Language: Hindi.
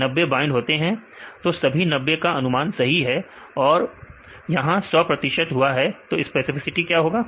90 बाइंड होते हैं तो सभी 90 का अनुमान सही है तो यहां 100 प्रतिशत हुआ तो स्पेसिफिसिटी क्या होगा